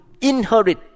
inherit